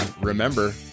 remember